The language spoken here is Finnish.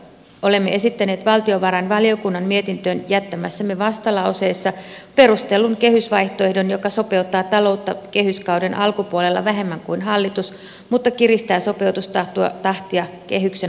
olemme esittäneet valtiovarainvaliokunnan mietintöön jättämässämme vastalauseessa perustellun kehysvaihtoehdon joka sopeuttaa taloutta kehyskauden alkupuolella vähemmän kuin hallitus mutta kiristää sopeutustahtia kehyksen loppuvuosina